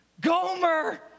Gomer